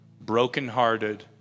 brokenhearted